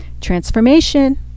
transformation